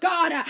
God